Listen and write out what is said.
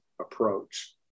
approach